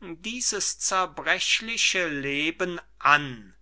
dieses zerbrechliche leben an